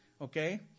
Okay